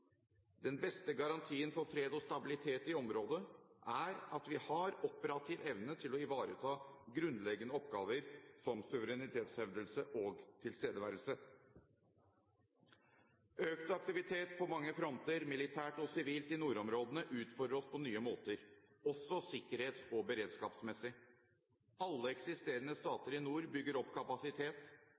Den beste garantien for fred og stabilitet i området er at vi har operativ evne til å ivareta grunnleggende oppgaver, som suverenitetshevdelse og tilstedeværelse. Økt aktivitet på mange fronter, militært og sivilt, i nordområdene utfordrer oss på nye måter, også sikkerhets- og beredskapsmessig. Alle eksisterende stater i nord bygger opp kapasitet,